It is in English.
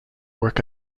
work